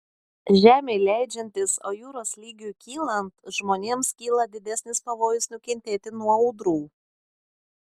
žemei leidžiantis o jūros lygiui kylant žmonėms kyla didesnis pavojus nukentėti nuo audrų